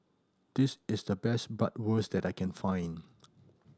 this is the best Bratwurst that I can find